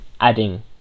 adding